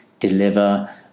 deliver